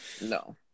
No